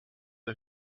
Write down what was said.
der